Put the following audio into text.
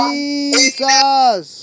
Jesus